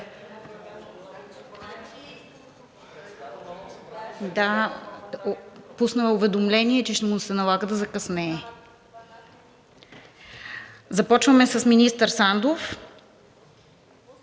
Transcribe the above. Да, пуснал е уведомление, че му се налага да закъснее. Започваме с министър Сандов.